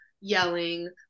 yelling